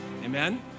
amen